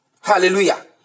Hallelujah